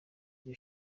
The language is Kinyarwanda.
iryo